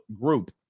group